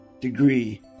degree